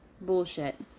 bullshit